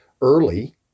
early